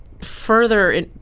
further